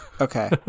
okay